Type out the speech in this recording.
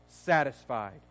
Satisfied